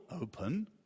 open